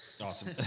awesome